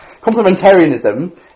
Complementarianism